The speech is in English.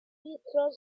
transparent